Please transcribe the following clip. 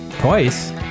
Twice